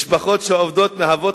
משפחות שעובדות מהוות